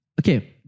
Okay